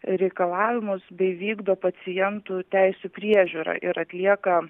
reikalavimus bei vykdo pacientų teisių priežiūrą ir atlieka